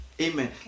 Amen